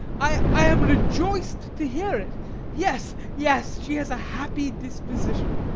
i am rejoiced to hear it yes, yes, she has a happy disposition!